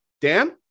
Dan